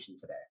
today